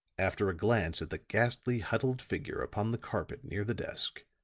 after a glance at the ghastly, huddled figure upon the carpet near the desk,